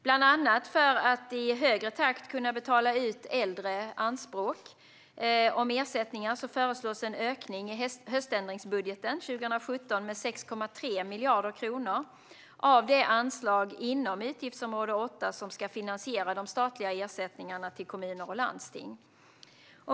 Bland annat för att i högre takt kunna betala ut äldre anspråk om ersättningar föreslås en ökning i höständringsbudgeten 2017 med 6,3 miljarder kronor av det anslag inom utgiftsområde 8 som ska finansiera de statliga ersättningarna till kommuner och landsting.